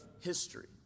history